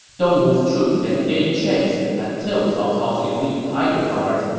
dongwu's troops then gave chase until cao cao's elite tiger guards,